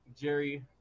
Jerry